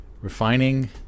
refining